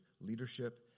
leadership